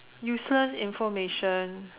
useless information